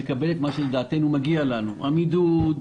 לקבל את מה שלדעתנו מגיע לנו המידוד,